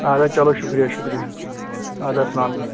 اَدٕ حظ چلو شُکریہ شُکریہ اَدٕ حظ سلام علیکُم